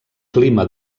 clima